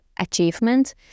achievement